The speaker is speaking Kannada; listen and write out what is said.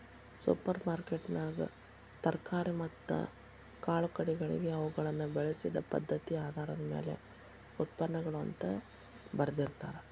ಸೂಪರ್ ಮಾರ್ಕೆಟ್ನ್ಯಾಗ ತರಕಾರಿ ಮತ್ತ ಕಾಳುಕಡಿಗಳಿಗೆ ಅವುಗಳನ್ನ ಬೆಳಿಸಿದ ಪದ್ಧತಿಆಧಾರದ ಮ್ಯಾಲೆ ಉತ್ಪನ್ನಗಳು ಅಂತ ಬರ್ದಿರ್ತಾರ